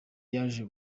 yaje